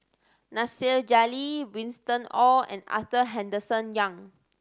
Nasir Jalil Winston Oh and Arthur Henderson Young